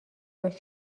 باش